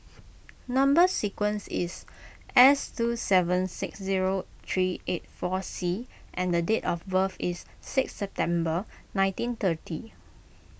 Number Sequence is S two seven six zero three eight four C and the date of birth is six September nineteen thirty